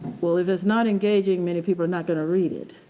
well, if it's not engaging many people are not going to read it.